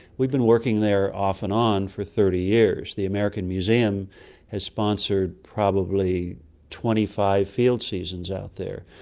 we've been working there off and on for thirty years. the american museum has sponsored probably twenty five field seasons out there.